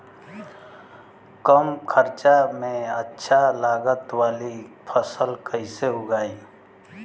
कम खर्चा में अच्छा लागत वाली फसल कैसे उगाई?